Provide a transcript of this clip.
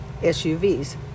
SUVs